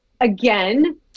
again